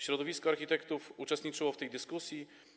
Środowisko architektów uczestniczyło w tej dyskusji.